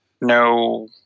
no